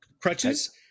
crutches